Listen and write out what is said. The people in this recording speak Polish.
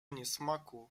niesmaku